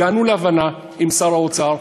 הגענו להבנה עם שר האוצר.